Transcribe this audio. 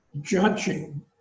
judging